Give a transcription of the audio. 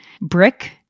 Brick